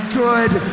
good